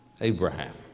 Abraham